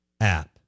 app